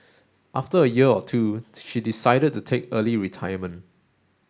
after a year or two she decided to take early retirement